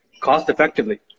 cost-effectively